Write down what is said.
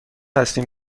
هستیم